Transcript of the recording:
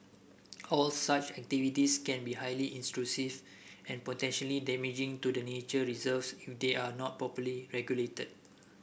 all such activities can be highly intrusive and potentially damaging to the nature reserves if they are not properly regulated